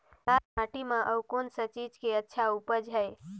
लाल माटी म अउ कौन का चीज के अच्छा उपज है?